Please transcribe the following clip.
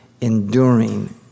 enduring